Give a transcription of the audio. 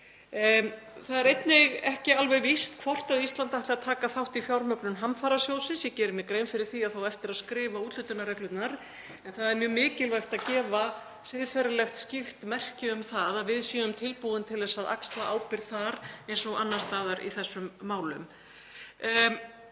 Það er einnig ekki alveg víst hvort Ísland ætlar að taka þátt í fjármögnun hamfarasjóðsins. Ég geri mér grein fyrir því að það á eftir að skrifa úthlutunarreglurnar en það er mjög mikilvægt að gefa siðferðilegt, skýrt merki um það að við séum tilbúin til að axla ábyrgð þar eins og annars staðar í þessum málum.